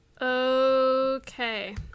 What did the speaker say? okay